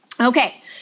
Okay